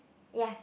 ya